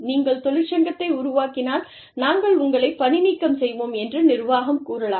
நீங்கள் தொழிற்சங்கத்தை உருவாக்கினால் நாங்கள் உங்களை பணிநீக்கம் செய்வோம் என்று நிர்வாகம் கூறலாம்